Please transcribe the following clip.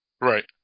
right